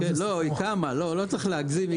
לא צריך להגזים.